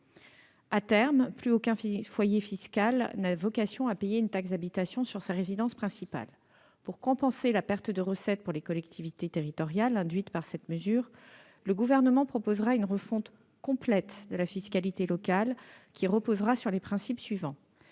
À terme, plus aucun foyer fiscal n'a vocation à payer une taxe d'habitation sur sa résidence principale. Pour compenser la perte de recettes pour les collectivités territoriales induite par cette mesure, le Gouvernement proposera une refonte complète de la fiscalité locale, qui reposera sur les principes suivants.